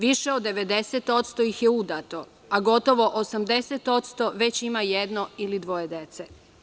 Više od 90% ih je udato, a gotovo 80% već ima jedno ili dvoje dece.